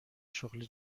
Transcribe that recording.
شغل